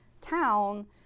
town